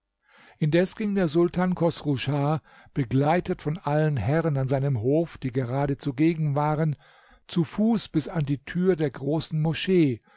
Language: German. indes ging der sultan chosruh schah begleitet von allen herren an seinem hof die gerade zugegen waren zu fuß bis an die tür der großen moschee